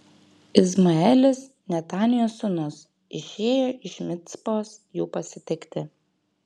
izmaelis netanijo sūnus išėjo iš micpos jų pasitikti